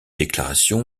déclaration